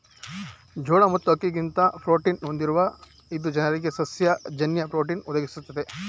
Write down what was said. ಜೋಳ ಮತ್ತು ಅಕ್ಕಿಗಿಂತ ಪ್ರೋಟೀನ ಹೊಂದಿರುವ ಇದು ಜನರಿಗೆ ಸಸ್ಯ ಜನ್ಯ ಪ್ರೋಟೀನ್ ಒದಗಿಸ್ತದೆ